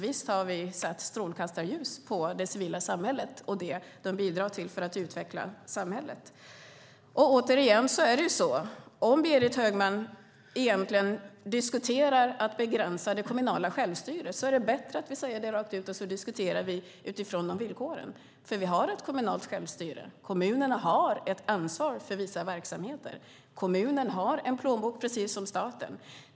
Visst har vi satt strålkastarljuset på det civila samhället och det som bidrar till att utveckla samhället. Återigen: Om Berit Högman egentligen diskuterar att begränsa det kommunala självstyret är det bättre att säga det rakt ut, och så diskuterar vi utifrån de villkoren. Vi har ett kommunalt självstyre. Kommunerna har ett ansvar för vissa verksamheter. Kommunen har en plånbok, precis som staten.